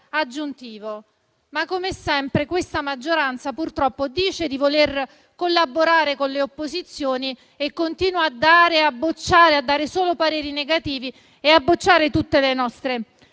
come sempre, questa maggioranza purtroppo dice di voler collaborare con le opposizioni, ma continua a dare solo pareri negativi e a bocciare tutte le nostre